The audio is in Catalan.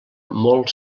molt